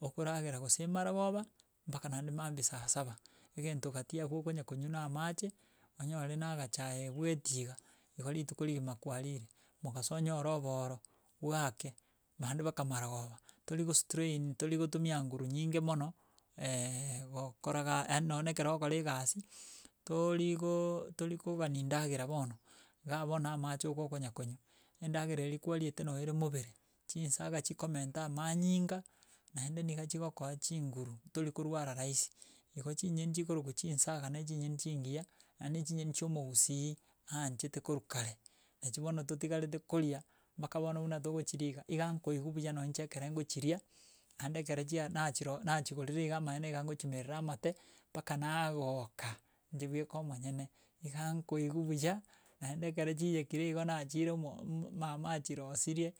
Okoragera gose maragoba, mpaka naende mambia saa saba, egento gati abwo okonya konywa na amache, onyore na agachae bweeti iga, igo rituko rigima kwarire. Mogaso onyore obooro, bwake naende maragoba, tori gostrain tori gotumia nguru nyinge mono gokora ga aende na ekero ogokora egasi, torigooooo tori kogani ndagera bono, iga bono na amache oka okonya konywa, endagera eria kwariete no ere mobere. Chinsaga chikomenta amanyinga, naende niga chigokoa chinguru tori korwara rahisi, igo chinyeni chikorokwa chinsaga na chinyeni chingiya naende chinyeni chiomogusii aanchete korwa kare. Nachi bono totigarete koria, mpaka bono buna togochiria iga, iga nkoigwa buya nonye nche nkochiria, nande ekero chia nachiro nachigorera amaene iga nkochimerera amate, mpaka nagooka inche bweka omonyene. Iga nkoigw buya, naende ekero chiiyekire igo naachire omo mama achirosirie,